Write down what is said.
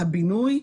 הבינוי,